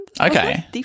Okay